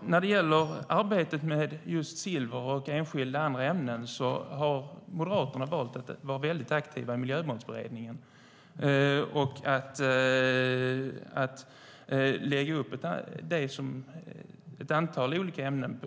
När det gäller arbetet med just silver och enskilda andra ämnen har Moderaterna valt att vara väldigt aktiva i Miljömålsberedningen och ta upp ett antal olika ämnen.